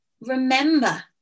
remember